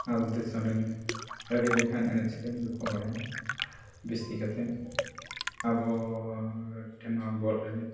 ᱟᱨ ᱫᱤᱥᱚᱢ ᱨᱮᱱ ᱟᱹᱰᱤ ᱞᱮᱠᱟᱱ ᱮᱱᱮᱡ ᱥᱮᱨᱮᱧ ᱠᱚᱠᱚ ᱵᱟᱲᱟᱭᱟ ᱵᱮᱥᱤ ᱠᱟᱛᱮᱫ ᱟᱵᱚ ᱢᱤᱫᱴᱟᱱ ᱵᱚᱞ ᱮᱱᱮᱡ